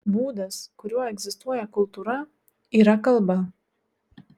būdas kuriuo egzistuoja kultūra yra kalba